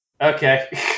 okay